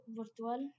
virtual